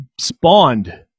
spawned